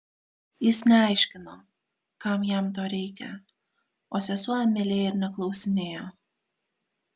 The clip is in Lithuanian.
jis neaiškino kam jam to reikia o sesuo emilija ir neklausinėjo